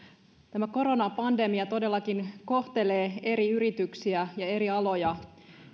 tämä koronapandemia todellakin kohtelee eri yrityksiä ja eri aloja